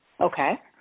Okay